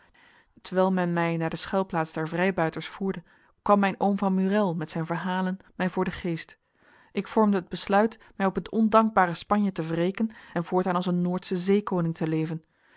terwijl men mij naar de schuilplaats der vrijbuiters voerde kwam mijn oom van murél met zijn verhalen mij voor den geest ik vormde het besluit mij op het ondankbare spanje te wreken en voortaan als een noordsche zeekoning te leven